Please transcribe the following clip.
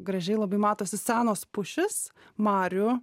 gražiai labai matosi senos pušys marių